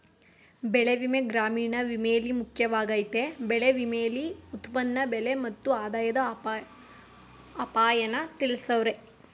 ಬೆಳೆವಿಮೆ ಗ್ರಾಮೀಣ ವಿಮೆಲಿ ಮುಖ್ಯವಾಗಯ್ತೆ ಬೆಳೆ ವಿಮೆಲಿ ಉತ್ಪನ್ನ ಬೆಲೆ ಮತ್ತು ಆದಾಯದ ಅಪಾಯನ ತಿಳ್ಸವ್ರೆ